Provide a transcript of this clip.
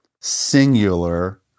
singular